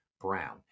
Brown